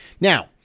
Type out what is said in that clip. Now